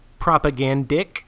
propagandic